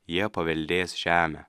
jie paveldės žemę